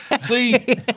See